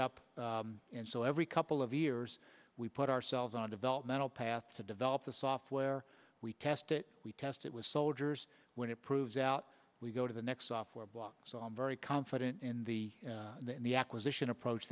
up and so every couple of years we put ourselves on developmental path to develop the software we cast it we test it with soldiers when it proves out we go to the next software block so i'm very confident in the the acquisition approach